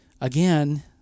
again